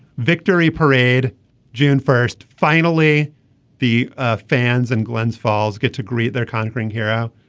victory parade june first finally the ah fans and glens falls get to greet their conquering hero.